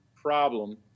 problem